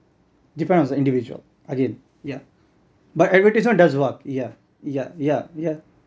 depends on the individual again yeah but advertisement does work yeah yeah yeah yeah